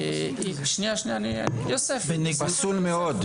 פסול מאוד,